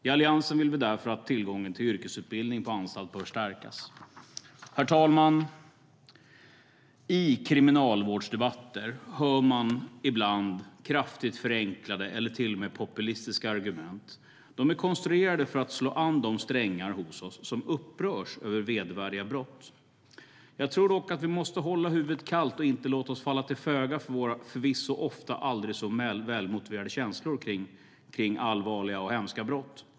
I Alliansen vill vi därför att tillgången till yrkesutbildning på anstalt bör stärkas. Herr talman! I kriminalvårdsdebatter hör man ibland kraftigt förenklade eller till och med populistiska argument. De är konstruerade för att slå an de strängar hos oss som upprörs över vedervärdiga brott. Jag tror dock att vi måste hålla huvudet kallt och inte falla till föga för våra förvisso ofta väl så motiverade känslor inför allvarliga och hemska brott.